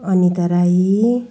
Anita Rai